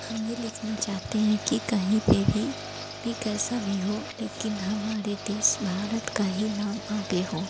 हम यह लिखना चाहते हैं कि कहीं पर भी भी कैसा भी हो लेकिन हमारे देश भारत का ही नाम आगे हो